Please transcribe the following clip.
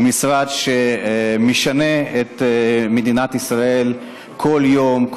הוא משרד שמשנה את מדינת ישראל כל יום.